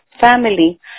family